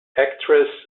actress